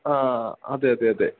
ആ അതെ അതെ അതെ